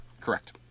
correct